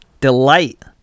delight